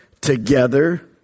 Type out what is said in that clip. Together